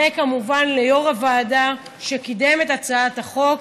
וכמובן ליו"ר הוועדה, שקידם את הצעת החוק.